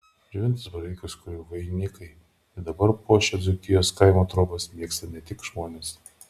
džiovintus baravykus kurių vainikai ir dabar puošia dzūkijos kaimo trobas mėgsta ne tik žmonės